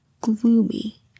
gloomy